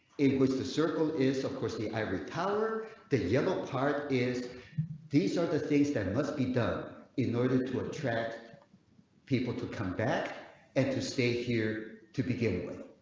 it was the circle is of course, the average power that yellow part is these are the things that must be done in order to attract people to come back at the state here to begin with.